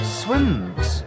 swims